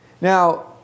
Now